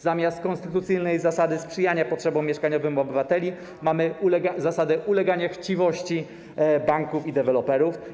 Zamiast konstytucyjnej zasady sprzyjania potrzebom mieszkaniowym obywateli, mamy zasadę ulegania chciwości banków i deweloperów.